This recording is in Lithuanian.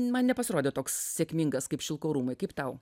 man nepasirodė toks sėkmingas kaip šilko rūmai kaip tau